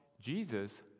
Jesus